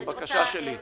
זו בקשה שלי.